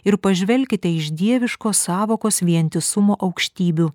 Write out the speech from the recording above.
ir pažvelkite iš dieviškos sąvokos vientisumo aukštybių